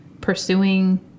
pursuing